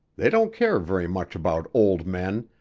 they don't care very much about old men,